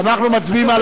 אנחנו מצביעים,